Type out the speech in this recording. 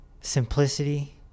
Simplicity